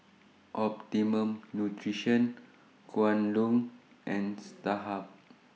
Optimum Nutrition Kwan Loong and Starhub